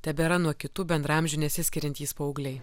tebėra nuo kitų bendraamžių nesiskiriantys paaugliai